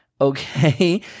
okay